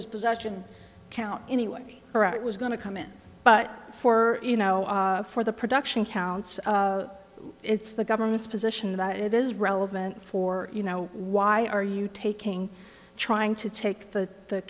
his possession count anyway it was going to come in but for you know for the production counts it's the government's position that it is relevant for you know why are you taking trying to take the